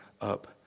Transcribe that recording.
up